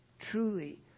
truly